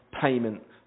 payment